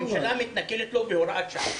הממשלה מתנכלת לו בהוראת שעה...